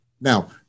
now